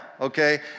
okay